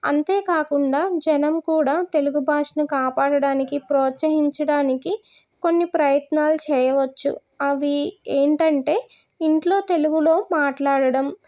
అంతేకాకుండా జనం కూడా తెలుగు భాషను కాపాడడానికి ప్రోత్సహించడానికి కొన్ని ప్రయత్నాలు చేయవచ్చు అవి ఏంటంటే ఇంట్లో తెలుగులో మాట్లాడడం